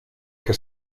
que